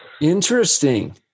Interesting